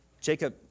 Jacob